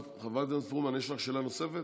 חברת הכנסת פרומן, יש לך שאלה נוספת?